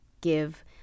give